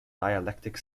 dialectic